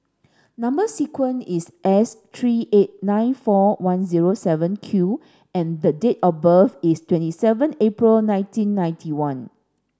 number sequence is S three eight nine four one zero seven Q and the date of birth is twenty seven April nineteen ninety one